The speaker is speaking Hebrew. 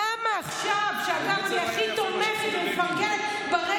למה עכשיו, באמת זה היה לא יפה מה שעשו לבגין.